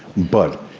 but